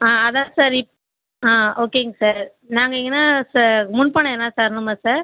ஆ அதான் சார் இப்போ ஓகேங்க சார் நாங்கள் எங்கேனா சா முன்பணம் எதுனா தரணுமா சார்